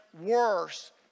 worse